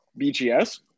BGS